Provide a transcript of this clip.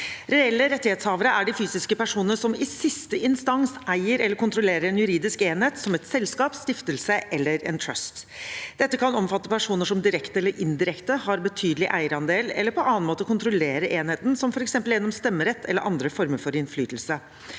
Reelle rettighetshavere er de fysiske personene som i siste instans eier eller kontrollerer en juridisk enhet, som et selskap, en stiftelse eller en trust. Dette kan omfatte personer som direkte eller indirekte har betydelig eierandel eller på annen måte kontrollerer enheten, f.eks. gjennom stemmerett eller andre former for innflytelse.